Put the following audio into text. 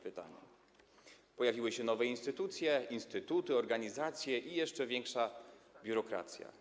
Pojawiły się nowe instytucje, instytuty, organizacje i jeszcze większa biurokracja.